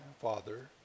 Father